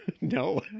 No